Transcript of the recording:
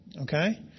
Okay